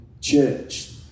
church